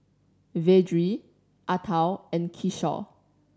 Vedre Atal and Kishore